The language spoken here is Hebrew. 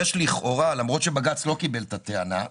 למרות שבג"ץ לא קיבל את הטענה,